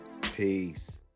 Peace